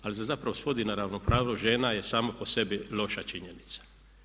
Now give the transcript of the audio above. Ali se zapravo svodi na ravnopravnost žena je samo po sebi loša činjenica.